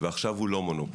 ועכשיו הוא לא מונופול.